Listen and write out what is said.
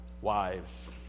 wives